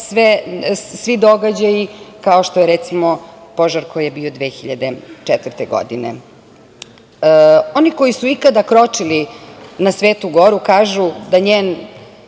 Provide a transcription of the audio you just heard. svi događaji, kao što je recimo požar koji je bio 2004. godine. Oni koji su ikada kročili na Svetu goru kažu da njen